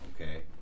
Okay